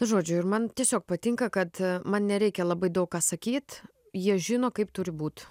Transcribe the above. nu žodžiu ir man tiesiog patinka kad man nereikia labai daug ką sakyt jie žino kaip turi būt